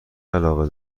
علاقه